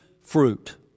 fruit